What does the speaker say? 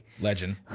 Legend